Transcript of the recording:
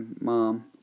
mom